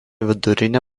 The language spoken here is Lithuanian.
vidurinė